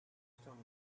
stones